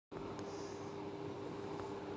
प्याज के खुदरा कीमत क्या है?